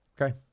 Okay